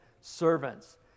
servants